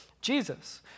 Jesus